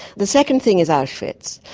the second thing is auschwitz.